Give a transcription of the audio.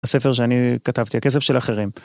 הספר שאני כתבתי, הכסף של אחרים.